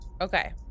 Okay